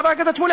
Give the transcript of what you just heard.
חבר הכנסת שמולי,